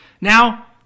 Now